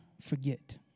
forget